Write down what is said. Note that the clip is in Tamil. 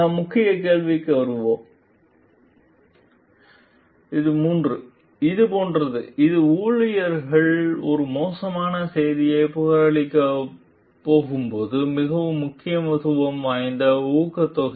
நாம் முக்கிய கேள்விக்கு வருவோம் 3 இது போன்றது இது ஊழியர் ஒரு மோசமான செய்தியைப் புகாரளிக்கப் போகும்போது மிகவும் முக்கியத்துவம் வாய்ந்த ஊக்கத்தொகை